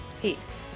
Peace